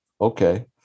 Okay